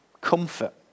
Comfort